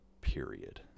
period